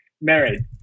Married